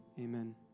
Amen